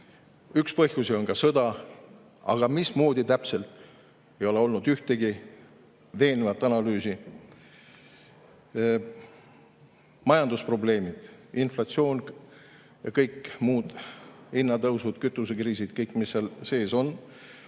Üks põhjusi on sõda, aga mismoodi täpselt – ei ole olnud ühtegi veenvat analüüsi. Majandusprobleemid, inflatsioon ja kõik muud, hinnatõusud, kütusekriisid, kõik, mis seal sees on